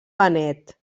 benet